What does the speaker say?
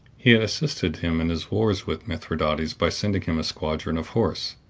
he had assisted him in his wars with mithradates by sending him a squadron of horse,